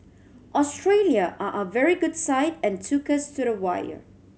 Australia are a very good side and took us to the wire